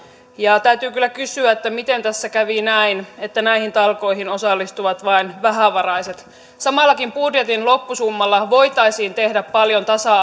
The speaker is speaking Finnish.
ja täytyy kyllä kysyä miten tässä näin kävi että näihin talkoihin osallistuvat vain vähävaraiset samallakin budjetin loppusummalla voitaisiin tehdä paljon tasa